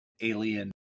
alien